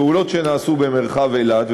פעולות שנעשו במרחב אילת,